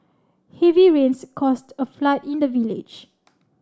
heavy rains caused a flood in the village